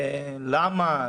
למה?